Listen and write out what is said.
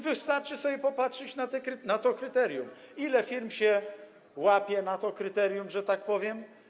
Wystarczy sobie popatrzeć na to kryterium, na to, ile firm się łapie na to kryterium, że tak powiem.